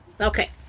okay